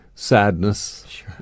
Sadness